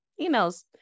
emails